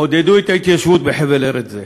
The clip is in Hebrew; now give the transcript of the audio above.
עודדו את ההתיישבות בחבל ארץ זה,